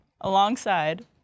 alongside